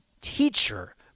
teacher